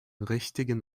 richtigen